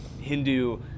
Hindu